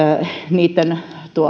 niitten